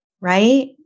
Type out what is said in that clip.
right